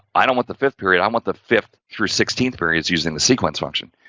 i don't want the fifth period, i want the fifth through sixteenth periods, using the sequence function.